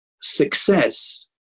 success